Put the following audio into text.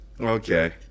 Okay